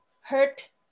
hurt